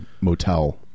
motel